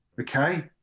okay